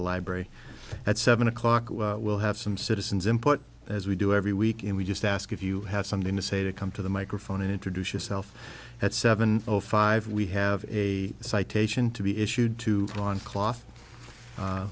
the library at seven o'clock we will have some citizens input as we do every week and we just ask if you have something to say to come to the microphone and introduce yourself at seven o five we have a citation to be issued to lawn cloth